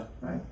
right